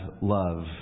love